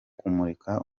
kumurika